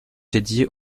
dédiés